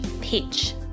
pitch